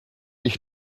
ich